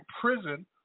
prison